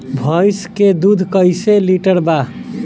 भैंस के दूध कईसे लीटर बा?